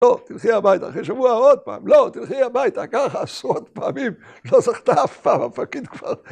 ‫לא, תלכי הביתה, אחרי שבוע עוד פעם. ‫לא, תלכי הביתה, ככה עשרות פעמים. ‫לא זכתה אף פעם, הפקיד כבר...